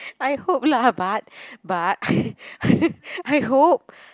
I hope lah but but I hope